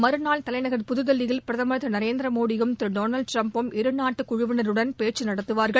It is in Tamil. மறுநாள் தலைநகர் புதுதில்லியில் பிரதமர் திரு நரேந்திரமோடியும் திரு டொனால்டு ட்ரம்பும் இரு நாட்டு குழுவினருடன் பேச்சு நடத்துவார்கள்